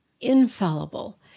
infallible